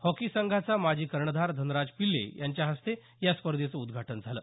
hockey संघाचा माजी कर्णधार धनराज पिल्ले यांच्या हस्ते या स्पर्धेचं उद्घाटन झालं